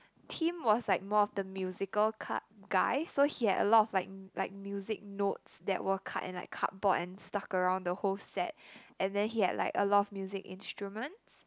Tim was like more of the musical ka~ guy so he had a lot of like like music notes that were cut in like cardboard and stuck around the whole set and then he had like a lot of music instruments